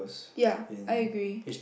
ya I agree